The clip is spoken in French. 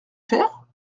faire